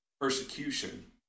persecution